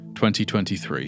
2023